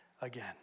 again